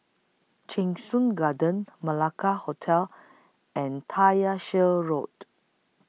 Cheng Soon Garden Malacca Hotel and Tyersall Road